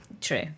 True